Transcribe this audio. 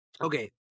Okay